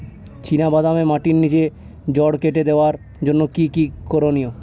চিনা বাদামে মাটির নিচে জড় কেটে দেওয়ার জন্য কি কী করনীয়?